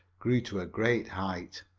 grew to a great height.